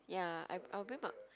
ya I I'll bring my